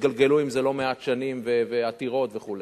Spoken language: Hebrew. שהתגלגלו עם זה לא מעט שנים ועתירות וכו'.